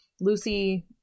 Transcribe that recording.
Lucy